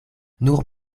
nur